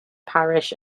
parish